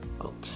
Okay